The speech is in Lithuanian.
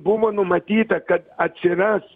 buvo numatyta kad atsiras